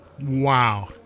Wow